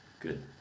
Good